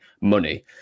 money